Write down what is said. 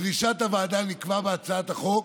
לדרישת הוועדה נקבע בהצעת החוק